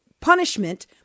punishment